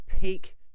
peak